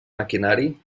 maquinari